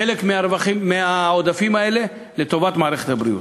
חלק מהעודפים האלה לטובת מערכת הבריאות.